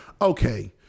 okay